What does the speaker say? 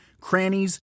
crannies